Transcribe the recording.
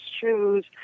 shoes